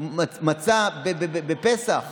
של מצה בפסח.